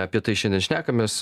apie tai šiandien šnekamės